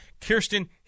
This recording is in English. Kirsten